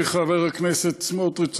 ידידי חבר הכנסת סמוטריץ,